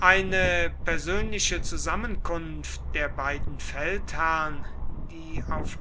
eine persönliche zusammenkunft der beiden feldherrn die auf